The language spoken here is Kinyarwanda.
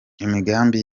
imigambi